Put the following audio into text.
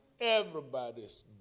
everybody's